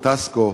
"טסקו",